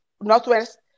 Northwest